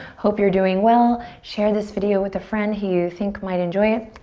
hope you're doing well. share this video with a friend who you think might enjoy it.